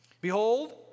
Behold